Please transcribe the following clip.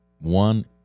One